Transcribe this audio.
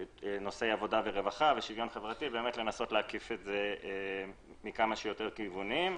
עבודה ורווחה ושוויון חברתי כדי לנסות להקיף את זה מכמה שיותר כיוונים.